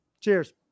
cheers